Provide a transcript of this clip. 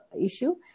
issue